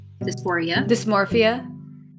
dysmorphia